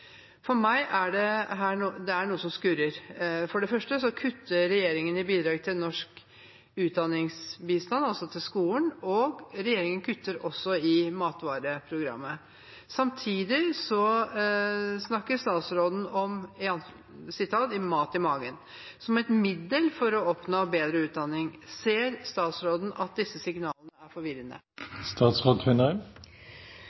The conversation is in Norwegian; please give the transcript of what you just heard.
For meg er det noe som skurrer. For det første kutter regjeringen i bidrag til norsk utdanningsbistand, altså til skolen. Regjeringen kutter også i matvareprogrammet. Samtidig snakker statsråden om «mat i magen» som et middel for å oppnå bedre utdanning. Ser statsråden at disse signalene er forvirrende?